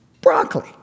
Broccoli